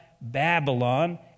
Babylon